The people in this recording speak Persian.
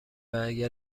واگر